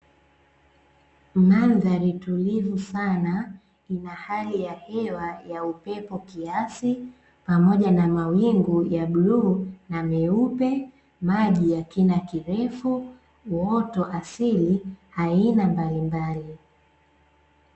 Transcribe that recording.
Mandhari tulivu sana, ina hali ya hewa ya upepo kiasi pamoja na mawingu ya bluu na meupe, maji ya kina kirefu, uoto asili aina mbalimbali.